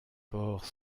port